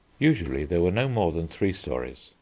usually there were no more than three storeys.